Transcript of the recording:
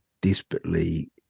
desperately